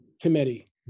committee